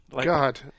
God